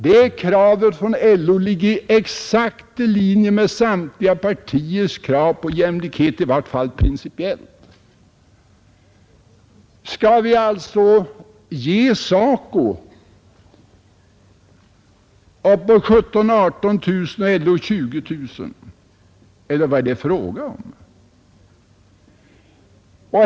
Det kravet från LO ligger exakt i linje med samtliga partiers krav på jämlikhet, i varje fall principiellt. Skall vi alltså ge SACO 17 000-18 000 kronor och LO 20 000 — eller vad är det fråga om?